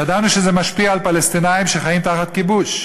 ידענו שזה משפיע על פלסטינים שחיים תחת כיבוש.